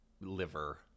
liver